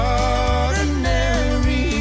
ordinary